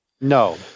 No